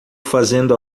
fazendo